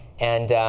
and